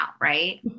right